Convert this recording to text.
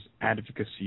advocacy